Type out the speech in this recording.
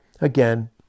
again